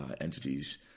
entities